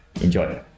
enjoy